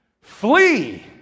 Flee